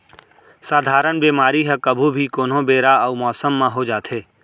सधारन बेमारी ह कभू भी, कोनो बेरा अउ मौसम म हो जाथे